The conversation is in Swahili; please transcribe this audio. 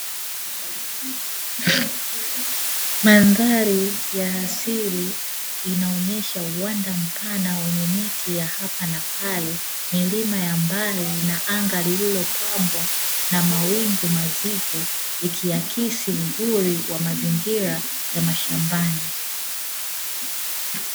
Mandhari ya asili inaonyesha uwanda mpana wenye miti ya hapa na pale ,milima ya mbali na anga lililo pambwa na mawingu mazito ikihakisi uzuri wa mazingira ya mashmbani.